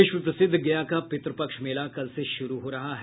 विश्व प्रसिद्ध गया का पितृपक्ष मेला कल से शुरू हो रहा है